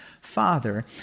Father